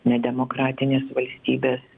nedemokratinės valstybės